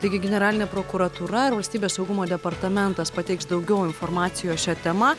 taigi generalinė prokuratūra ir valstybės saugumo departamentas pateiks daugiau informacijos šia tema